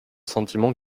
sentiment